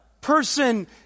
person